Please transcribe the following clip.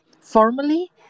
formally